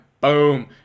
Boom